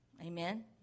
Amen